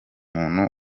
muntu